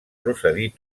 procedir